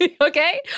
okay